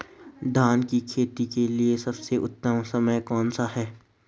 धान की खेती के लिए सबसे उत्तम समय कौनसा है?